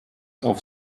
auf